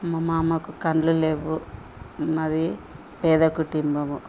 మా మామకు కండ్లు లేవు మాది పేద కుటుంబము